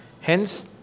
Hence